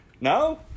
no